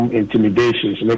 intimidations